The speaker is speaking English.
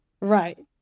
Right